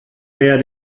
mehr